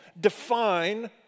define